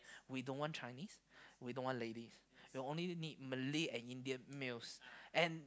we don't Chinese we don't want ladies we'll only need Malay and Indian males and